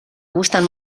gustan